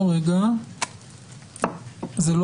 על